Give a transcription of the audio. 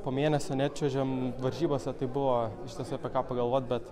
po mėnesio nečiuožėm varžybose tai buvo iš tiesų apie ką pagalvot bet